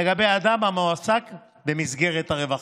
לגבי אדם המועסק במסגרת הרווחה.